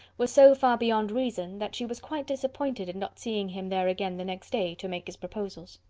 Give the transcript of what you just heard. were so far beyond reason, that she was quite disappointed at not seeing him there again the next day, to make his proposals.